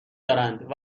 دارند